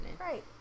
Right